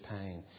pain